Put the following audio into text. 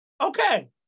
okay